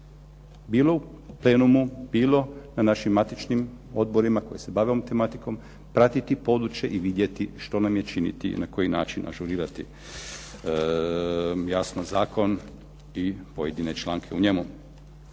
bilo u plenumu, bilo u našim matičnim odborima koji se bave ovom tematikom, pratiti područje i vidjeti što nam je činiti i vidjeti na koji način ažurirati, jasno zakon i pojedine članke u njemu.